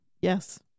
Yes